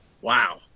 Wow